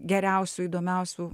geriausių įdomiausių